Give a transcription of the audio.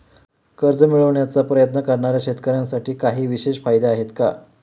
कर्ज मिळवण्याचा प्रयत्न करणाऱ्या शेतकऱ्यांसाठी काही विशेष फायदे आहेत का?